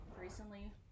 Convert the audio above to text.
recently